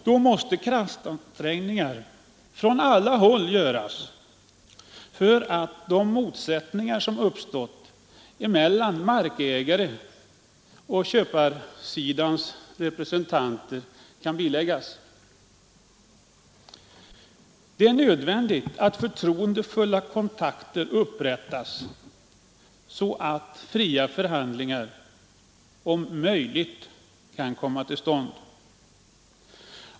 Då måste kraftansträngningar göras från alla håll för att de motsättningar som uppstått mellan markägare och köparens representanter skall biläggas. Det är nödvändigt att förtroendefulla kontakter upprättas, så att fria förhandlingar om möjligt kan komma till stånd.